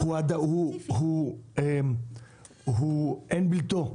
הוא - אין בלתו.